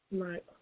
Right